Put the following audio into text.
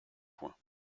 points